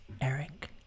Eric